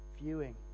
viewing